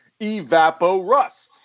EvapoRust